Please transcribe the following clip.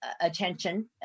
attention